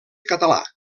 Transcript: català